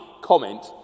comment